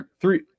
three